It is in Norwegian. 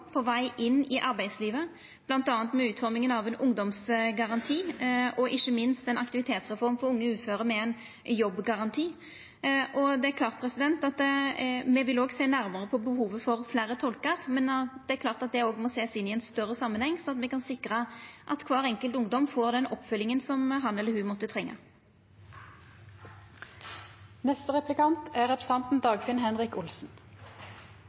på veg inn i arbeidslivet, bl.a. med utforminga av ein ungdomsgaranti, og ikkje minst ei aktivitetsreform for unge uføre med ein jobbgaranti. Det er klart at me vil òg sjå nærare på behovet for fleire tolkar, men det òg må sest i ein større samanheng, slik at me kan sikra at kvar enkelt ungdom får den oppfølginga som han eller ho måtte